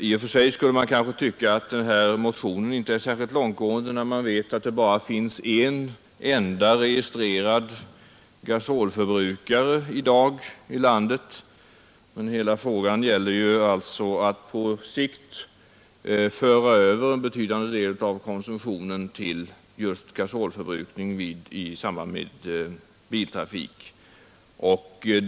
I och för sig skulle man kanske tycka att denna motion inte är särskilt långtgående med hänsyn till att det bara finns en enda registrerad gasolförbrukare i dag i vårt land. Vad frågan gäller är emellertid att på sikt föra över en betydande del av bränslekonsumtionen i samband med biltrafik till gasolförbrukning.